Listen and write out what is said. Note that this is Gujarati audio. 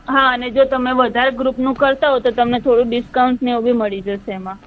હા અને જો તમે વધારે ગ્રૂપનું કરતા હોય તો તમને થોડું ડિસ્કાઉન્ટ ને એવું બી મળી જશે એમાં